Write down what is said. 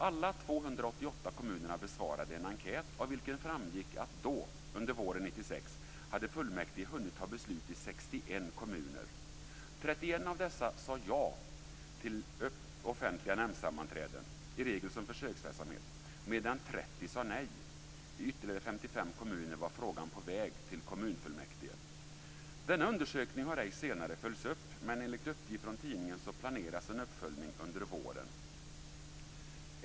Alla 288 kommunerna besvarade en enkät, och av svaren framgick att då, under våren 1996, hade fullmäktige hunnit fatta beslut i 61 kommuner. 31 av dessa sade ja till offentliga nämndsammanträden, i regel som försöksverksamhet, medan 30 sade nej. I ytterligare 55 kommuner var frågan på väg till kommunfullmäktige. Denna undersökning har ej senare följts upp, men enligt uppgift från tidningen planeras en uppföljning under våren.